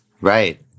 Right